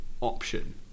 option